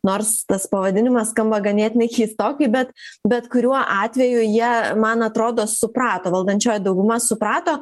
nors tas pavadinimas skamba ganėtinai keistokai bet bet kuriuo atveju jie man atrodo suprato valdančioji dauguma suprato